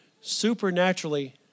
supernaturally